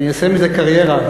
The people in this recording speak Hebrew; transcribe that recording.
אני עושה מזה קריירה,